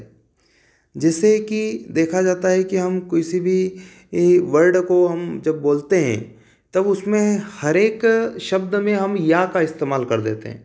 जैसे कि देखा जाता है कि हम कोई सी भी वर्ड को हम जब बोलते हैं तब उसमें हर एक शब्द में हम या का इस्तमाल कर देते हैं